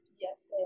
yes